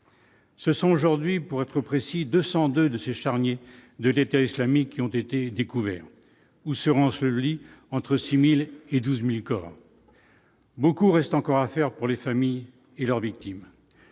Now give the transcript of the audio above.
Ce sont, aujourd'hui, pour être précis, 202 de ces charniers de l'État islamique qui ont été découverts ou soeur ensevelies entre 6000 et 12000 corps, beaucoup reste encore à faire pour les familles et leurs victimes,